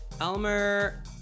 Elmer